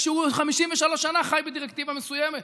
כשהוא 53 שנה חי בדירקטיבה מסוימת.